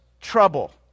trouble